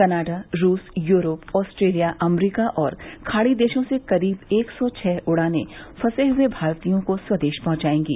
Canada रूस Europe Australia अमरीका और खाड़ी देशों से करीब एक सौ छः उड़ानें फंसे हुए भारतीयों को स्वदेश पहुंचाएंगी